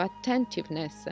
attentiveness